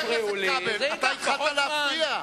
אם לא תפריעו לי זה ייקח פחות זמן.